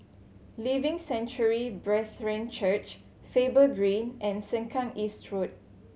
Living Sanctuary Brethren Church Faber Green and Sengkang East Road